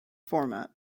format